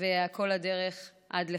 וכל הדרך עד לכאן.